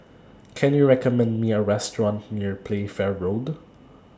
Can YOU recommend Me A Restaurant near Playfair Road